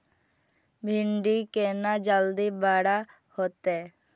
भिंडी केना जल्दी बड़ा होते?